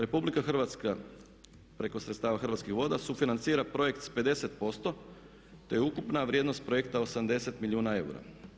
RH preko sredstava Hrvatskih voda sufinancira projekt sa 50% te je ukupna vrijednost projekta 80 milijuna eura.